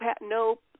no